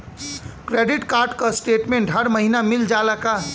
Credit card क statement हर महिना मिल जाला का?